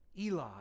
Eli